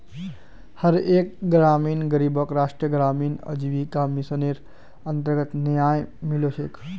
हर एक ग्रामीण गरीबक राष्ट्रीय ग्रामीण आजीविका मिशनेर अन्तर्गत न्याय मिलो छेक